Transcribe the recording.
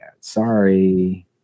Sorry